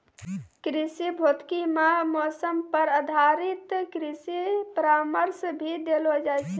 कृषि भौतिकी मॅ मौसम पर आधारित कृषि परामर्श भी देलो जाय छै